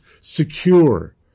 secure